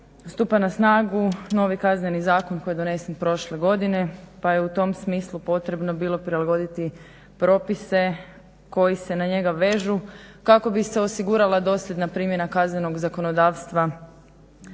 stupa na snagu novi KZ koji je donesen prošle godine pa je u tom smislu potrebno bilo prilagoditi propise koji se na njega vežu kako bi osigurala dosljedna primjena kaznenog zakonodavstva